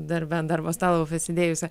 darbe ant darbo stalo pasidėjusi